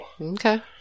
Okay